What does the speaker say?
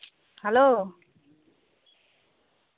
hello